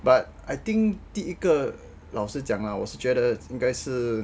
but I think 第一个老实讲啦我是觉得应该是